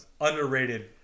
underrated